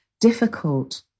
difficult